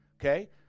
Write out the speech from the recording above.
Okay